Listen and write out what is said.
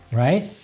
right?